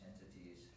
entities